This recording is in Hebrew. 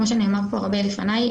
כמו שנאמר פה הרבה לפניי,